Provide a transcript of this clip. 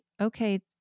okay